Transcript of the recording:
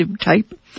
type